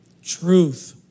Truth